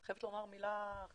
אני חייבת לומר מילה חמה.